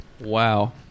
Wow